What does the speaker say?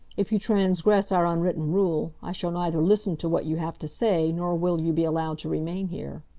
if you transgress our unwritten rule, i shall neither listen to what you have to say nor will you be allowed to remain here.